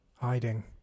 hiding